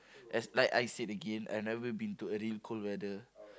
as like I said again I never been to a real cold weather